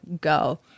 go